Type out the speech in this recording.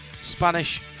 Spanish